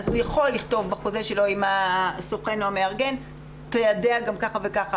הוא יכול לכתוב בחוזה שלו עם הסוכן או המארגן שהו צריך ליידע כך וכך,